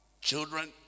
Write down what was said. children